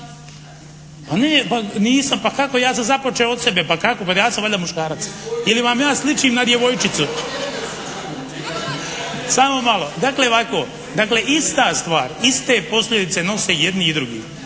Pa nije, pa nisam, pa kako, ja sam započeo od sebe. Pa kako, pa ja sam valjda muškarac ili vam ja sličim na djevojčicu. Samo malo, dakle ovako, iste posljedice nose i jedni i drugi.